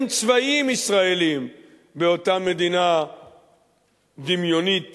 צבאיים ישראליים באותה מדינה דמיונית